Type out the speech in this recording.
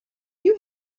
you